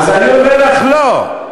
אז אני אומר לך, לא.